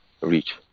reach